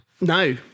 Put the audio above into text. No